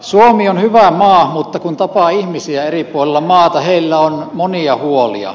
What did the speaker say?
suomi on hyvä maa mutta kun tapaa ihmisiä eri puolilla maata heillä on monia huolia